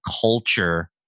culture